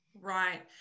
Right